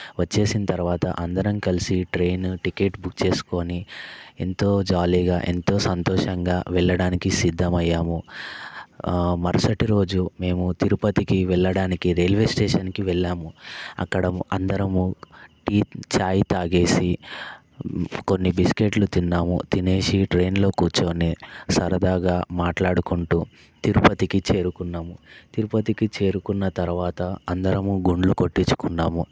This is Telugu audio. వచ్చేసింతర్వాత అందరం కలిసి ట్రైన్ టికెట్ బుక్ చేసుకుని ఎంతో జాలీగా ఎంతో సంతోషంగా వెళ్ళడానికి సిద్ధమయ్యాము మరుసటి రోజు మేము తిరుపతికి వెళ్ళడానికి రైల్వే స్టేషన్కి వెళ్ళాము అక్కడ అందరము టీ చాయ్ తాగేసి కొన్ని బిస్కెట్లు తిన్నాము తినేసి ట్రైన్లో కూర్చుని సరదాగా మాట్లాడుకుంటూ తిరుపతికి చేరుకున్నాము తిరుపతికి చేరుకున్న తర్వాత అందరము గుండ్లు కొట్టించుకున్నాము